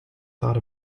thought